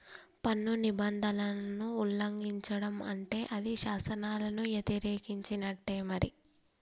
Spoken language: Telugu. పన్ను నిబంధనలను ఉల్లంఘిచడం అంటే అది శాసనాలను యతిరేకించినట్టే మరి